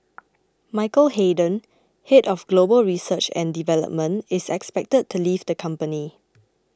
Michael Hayden head of global research and development is expected to leave the company